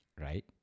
right